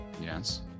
Yes